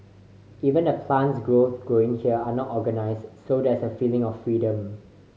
even the plants grows growing here are not organised so there's a feeling of freedom